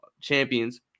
champions